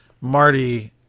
Marty